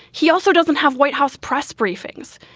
he also doesn't have white house press briefings.